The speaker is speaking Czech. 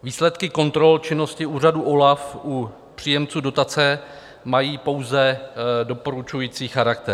Výsledky kontrol činnosti úřadu OLAF u příjemců dotace mají pouze doporučující charakter.